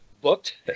booked